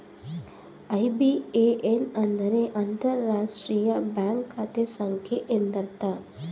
IBAN ಅಂದರೆ ಅಂತರರಾಷ್ಟ್ರೀಯ bank ಖಾತೆ ಸಂಖ್ಯೆ ಎಂದರ್ಥ